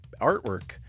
artwork